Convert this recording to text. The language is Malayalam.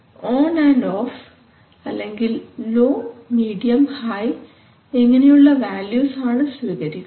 ഓൺ ആൻഡ് ഓഫ് അല്ലെങ്കിൽ low medium high low medium high ഇങ്ങനെയുള്ള വാല്യൂസ് ആണ് സ്വീകരിക്കുക